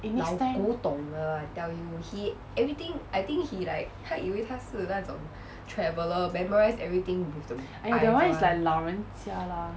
in this time !aiya! that one is like 老人家 lah